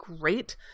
great